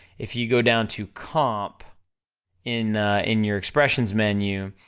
if you go down to comp in in your expressions menu,